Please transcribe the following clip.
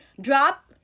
Drop